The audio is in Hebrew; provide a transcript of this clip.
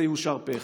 זה יאושר פה אחד.